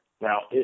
Now